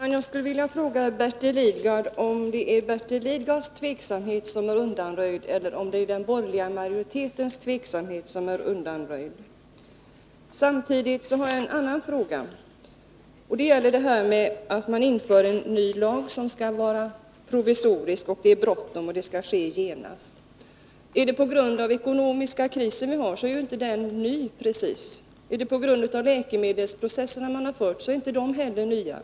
Herr talman! Är det Bertil Lidgards tveksamhet eller är det den borgerliga majoritetens tveksamhet som är undanröjd? Jag har också en annan fråga. Den gäller det förhållandet att man stiftar en ny lag som skall vara provisorisk, det är bråttom och det skall ske genast. Är orsaken den ekonomiska krisen? Den är ju inte precis ny. Är orsaken de läkemedelsprocesser som har förts? De är inte heller nya.